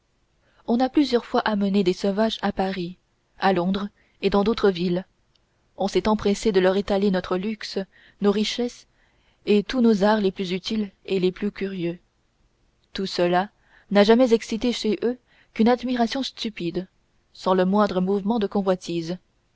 on a plusieurs fois amené des sauvages à paris à londres et dans d'autres villes on s'est empressé de leur étaler notre luxe nos richesses et tous nos arts les plus utiles et les plus curieux tout cela n'a jamais excité chez eux qu'une admiration stupide sans le moindre mouvement de convoitise